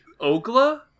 Ogla